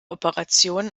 operationen